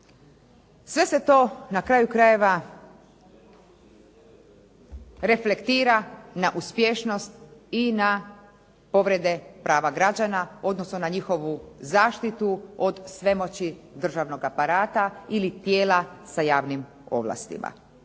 sve se to na kraju krajeva reflektira na uspješnost i na povrede prava građana, odnosno na njihovu zaštitu od svemoći državnog aparata ili tijela sa javnim ovlastima